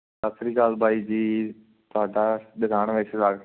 ਸਤਿ ਸ਼੍ਰੀ ਅਕਾਲ ਬਾਈ ਜੀ ਤੁਹਾਡਾ ਦੁਕਾਨ ਵਿੱਚ ਸਵਾਗਤ